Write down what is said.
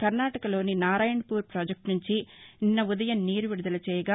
కర్ణాటకలోని నారాయణపూర్ పాజెక్లు నుంచి నిన్న ఉదయం నీరు విడుదల చేయగా